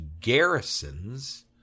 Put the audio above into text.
garrisons